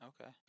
Okay